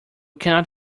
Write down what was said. cannot